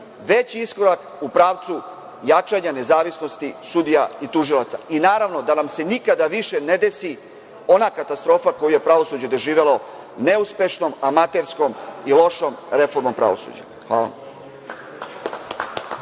veći iskorak u pravcu jačanja nezavisnosti sudija i tužilaca. Naravno, da nam se nikada više ne desi ona katastrofa koju je pravosuđe doživelo neuspešnom, amaterskom, lošom reformom pravosuđa. Hvala